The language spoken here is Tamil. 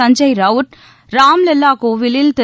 சஞ்சய் ரவுட் ராம் லல்லா கோவிலில் திரு